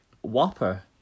whopper